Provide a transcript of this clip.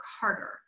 harder